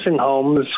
homes